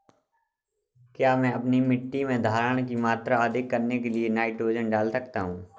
क्या मैं अपनी मिट्टी में धारण की मात्रा अधिक करने के लिए नाइट्रोजन डाल सकता हूँ?